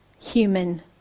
human